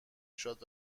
شاد